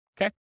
Okay